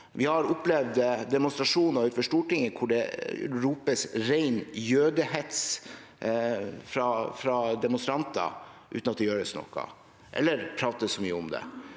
Vi har opplevd demonstrasjoner utenfor Stortinget hvor det ropes ren jødehets fra demonstranter uten at det gjøres noe eller prates så mye om det.